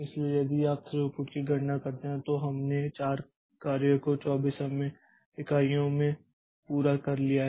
इसलिए यदि आप थ्रूपुट की गणना करते हैं तो हमने 4 कार्य को 24 समय इकाइयों में पूरा कर लिया है